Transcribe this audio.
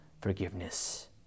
forgiveness